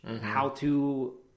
how-to